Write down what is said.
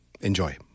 Enjoy